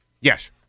Yes